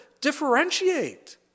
differentiate